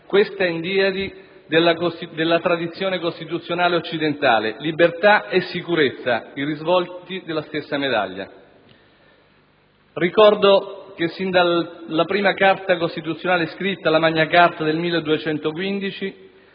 questa endiadi della tradizione costituzionale occidentale: libertà e sicurezza, i risvolti della stessa medaglia. Ricordo che sin dalla prima Carta costituzionale scritta, la *Magna Charta* del 1215,